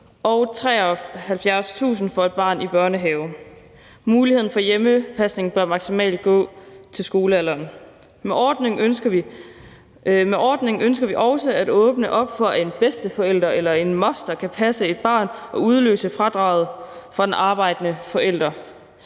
og 73.000 kr. for et barn i børnehave. Muligheden for hjemmepasning bør maksimalt gå til skolealderen. Med ordningen ønsker vi også at åbne op for, at en bedsteforælder eller en moster kan passe et barn og udløse fradraget for den arbejdende forælder.